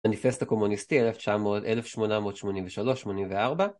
המניפסט הקומוניסטי, 1883-1884.